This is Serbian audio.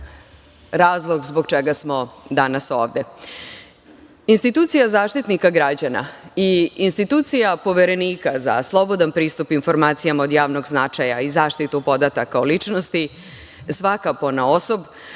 razlog zbog čega smo danas ovde. Institucija Zaštitnika građana i institucija Poverenika za slobodan pristup informacijama od javnog značaja i zaštitu podataka o ličnosti, svaka ponaosob,